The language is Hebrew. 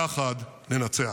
יחד ננצח.